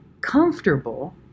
comfortable